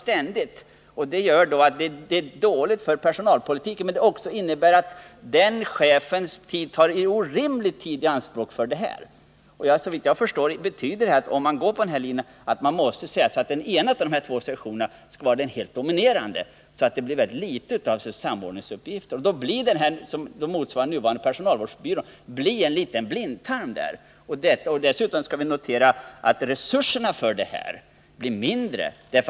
Detta innebär svårigheter för personalpolitiken, men v personalvårdsinsatserna till andra insatser ständigt skall det innebär också att det tar orimligt lång tid i anspråk för chefen. Såvitt jag förstår betyder det, om man följer den linjen, att man måste säga sig att den ena av de två sektionerna skall vara den helt dominerande för att reducera samordningsbehovet, och det som skall motsvara den nuvarande personalvårdsbyrån blir då bara en liten blindtarm. Dessutom skall vi notera att de reella resurserna för personalfrågorna blir mindre.